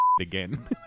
again